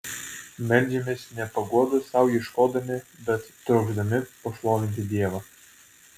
meldžiamės ne paguodos sau ieškodami bet trokšdami pašlovinti dievą